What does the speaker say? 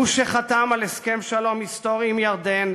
הוא שחתם על הסכם שלום היסטורי עם ירדן,